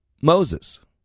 Moses